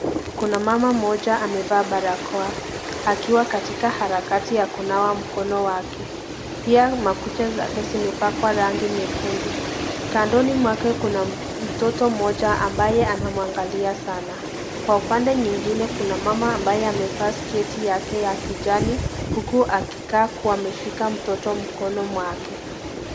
Kuna mama mmoja amevaa barakoa akiwa katika harakati ya kunawa mkono wake. Pia makucha zake zimepakwa rangi nyekundu. Kandoni mwake kuna mtoto mmoja ambaye anamwanaglia sana. Kwa upande nyingine kuna mama ambaye amevaa sketi yake ya kijani huku akikaa kuwa ameshika mtoto mkono mwake.